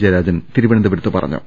ജയരാജൻ തിരുവനന്തപുരത്ത് പറഞ്ഞു